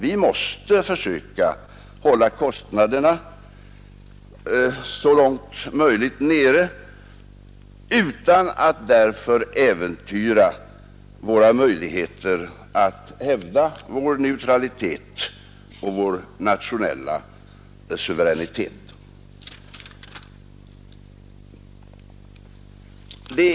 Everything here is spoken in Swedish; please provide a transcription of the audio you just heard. Vi måste så långt möjligt försöka hålla kostnaderna nere utan att därför äventyra våra möjligheter att hävda vår neutralitet och vår nationella suveränitet.